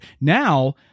now